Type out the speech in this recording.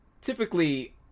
typically